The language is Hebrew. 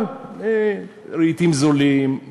אבל רהיטים זולים,